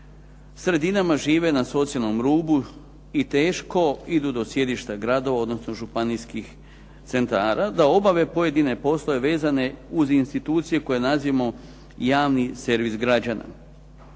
sredinama žive na socijalnom rubu i teško idu do sjedišta gradova, odnosno županijskih centara da obave pojedine poslove vezane uz institucije koje nazivamo javni servis građana.